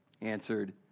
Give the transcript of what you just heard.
answered